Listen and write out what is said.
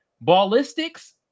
ballistics